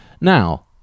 Now